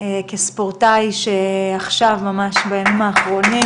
כספורטאי שעכשיו ממש בימים האחרונים